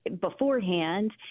beforehand